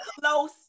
close